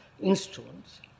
instruments